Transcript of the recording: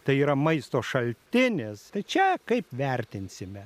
tai yra maisto šaltinis tai čia kaip vertinsime